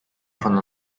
von